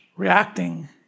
reacting